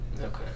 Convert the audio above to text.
okay